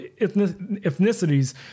ethnicities